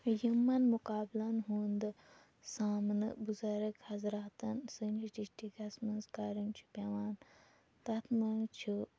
یِمن مُقابلَن ہُند سامنہٕ بُزرٕگ حَضراتَن سٲنِس ڈِسٹکَس منٛز کَرٕنۍ چھِ پیوان تَتھ منٛز چھُ